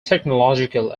technological